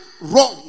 wrong